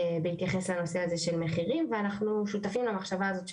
בהתייחס לנושא הזה של מחירים ואנחנו שותפים למחשבה הזאת של